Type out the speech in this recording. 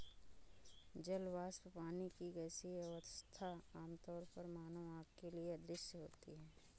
जल वाष्प, पानी की गैसीय अवस्था, आमतौर पर मानव आँख के लिए अदृश्य होती है